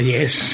Yes